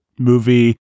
movie